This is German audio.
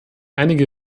einige